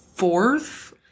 fourth